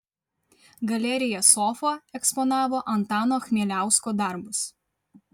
galerija sofa eksponavo antano chmieliausko darbus